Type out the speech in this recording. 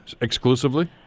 exclusively